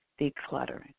decluttering